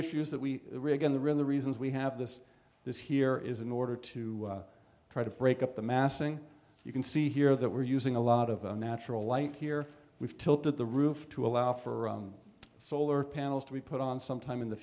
issues that we rig in the room the reasons we have this this here is in order to try to break up the massing you can see here that we're using a lot of the natural light here we've tilted the roof to allow for solar panels to be put on sometime in the